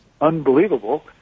unbelievable